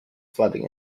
flooding